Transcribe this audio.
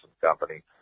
Company